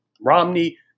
Romney